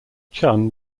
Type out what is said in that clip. chun